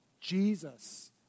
Jesus